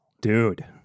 dude